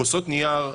כוסות נייר,